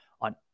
on